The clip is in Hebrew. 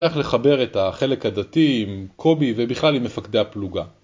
איך לחבר את החלק הדתי עם קובי ובכלל עם מפקדי הפלוגה